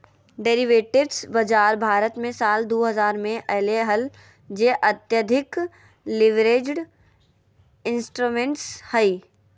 derivatives बाजार भारत मे साल दु हजार मे अइले हल जे अत्यधिक लीवरेज्ड इंस्ट्रूमेंट्स हइ